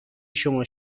شما